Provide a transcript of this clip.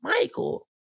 Michael